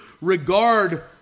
regard